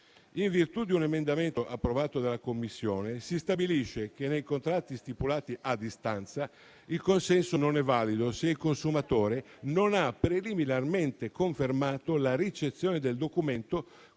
In virtù di un emendamento approvato dalla Commissione, si stabilisce che nei contratti stipulati a distanza il consenso non è valido se il consumatore non ha preliminarmente confermato la ricezione del documento